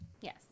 yes